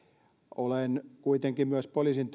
olen kuitenkin myös poliisin